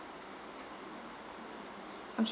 ok~